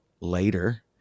later